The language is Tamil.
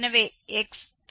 எனவே x5